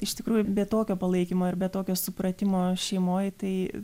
iš tikrųjų be tokio palaikymo ir be tokio supratimo šeimoj tai